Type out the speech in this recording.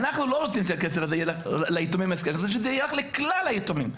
אנחנו לא רוצים שהכסף הזה ילך לכלל היתומים.